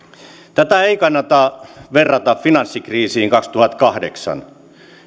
tätä ei kannata verrata finanssikriisiin kaksituhattakahdeksan